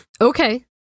Okay